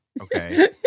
okay